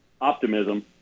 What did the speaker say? optimism